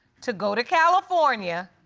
to go to california,